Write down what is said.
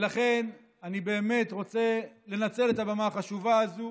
ולכן אני רוצה לנצל את הבמה החשובה הזו